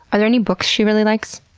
are there any books she really likes?